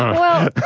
well,